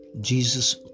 Jesus